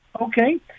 okay